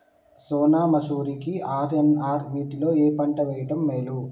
సోనా మాషురి కి ఆర్.ఎన్.ఆర్ వీటిలో ఏ పంట వెయ్యడం మేలు?